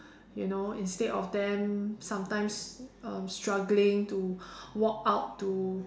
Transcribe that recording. you know instead of them sometimes um struggling to walk out to